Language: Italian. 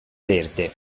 verde